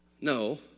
No